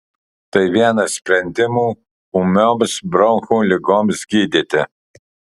tai vienas sprendimų ūmioms bronchų ligoms gydyti